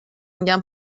میگن